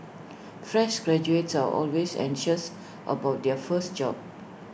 fresh graduates are always anxious about their first job